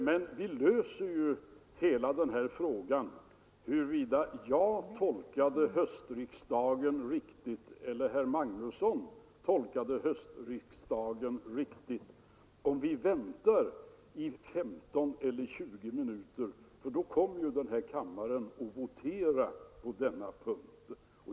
Men hela frågan huruvida jag eller herr Magnusson tolkade höstriksdagen riktigt löser sig ju om 15 eller 20 minuter, för då kommer ju kammaren att votera på denna punkt.